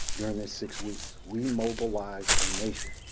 during the six weeks. we mobilized a nation.